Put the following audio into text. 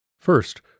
First